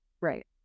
right